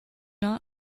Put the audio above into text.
not